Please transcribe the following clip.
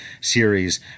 series